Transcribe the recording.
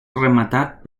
rematat